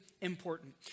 important